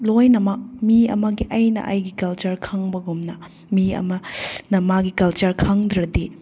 ꯂꯣꯏꯅꯃꯛ ꯃꯤ ꯑꯃꯒꯤ ꯑꯩꯅ ꯑꯩꯒꯤ ꯀꯜꯆꯔ ꯈꯪꯕꯒꯨꯝꯅ ꯃꯤ ꯑꯃ ꯅ ꯃꯥꯒꯤ ꯀꯜꯆꯔ ꯈꯪꯗ꯭ꯔꯗꯤ